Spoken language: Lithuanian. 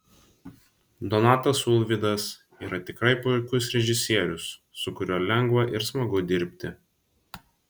donatas ulvydas yra tikrai puikus režisierius su kuriuo lengva ir smagu dirbti